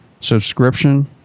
Subscription